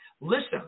Listen